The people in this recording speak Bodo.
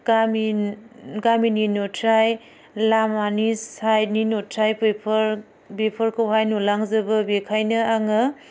गामिन गामिनि नुथाय लामानि साइडनि नुथाय बेफोर बेफोरखौहाय नुलांजोबो बेखायनो आङो